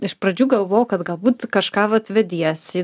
iš pradžių galvojau kad galbūt kažką vat vediesi į